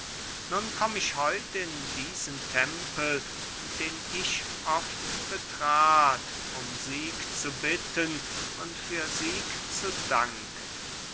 nun komm ich heut in diesen tempel den ich oft betrat um sieg zu bitten und für sieg zu danken